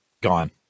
Gone